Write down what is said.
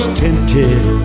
tempted